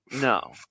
No